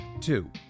Two